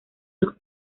los